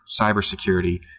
cybersecurity